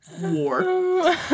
War